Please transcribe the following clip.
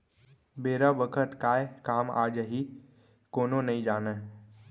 बेरा बखत काय काम आ जाही कोनो नइ जानय